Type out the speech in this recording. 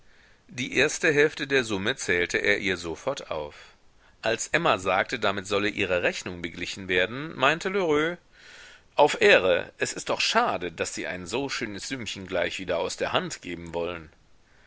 die erste hälfte der summe zählte er ihr sofort auf als emma sagte damit solle ihre rechnung beglichen werden meinte lheureux auf ehre es ist doch schade daß sie ein so schönes sümmchen gleich wieder aus der hand geben wollen